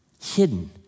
hidden